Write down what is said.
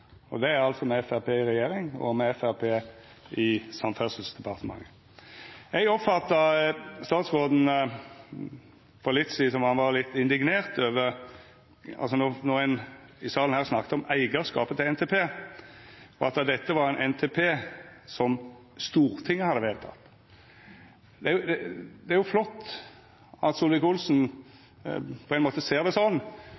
og det er altså med Framstegspartiet i regjering og med Framstegspartiet i Samferdselsdepartementet. Eg oppfatta at statsråden for litt sidan vart litt indignert når ein her i salen snakka om eigarskapen til NTP – at dette var ein NTP som Stortinget hadde vedteke. Det er jo